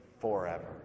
forever